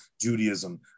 Judaism